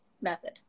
method